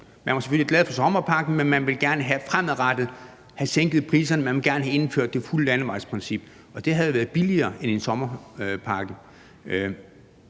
Man var selvfølgelig glad for sommerpakken, men man ville gerne fremadrettet have sænket priserne, man ville gerne have indført det fulde landevejsprincip, og det havde jo været billigere end en sommerpakke.